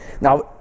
Now